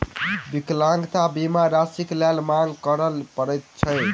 विकलांगता बीमा राशिक लेल मांग करय पड़ैत छै